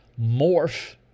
morph